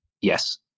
yes